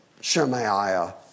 Shemaiah